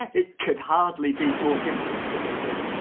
it could hardly be more different could it really?